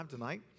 tonight